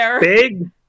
big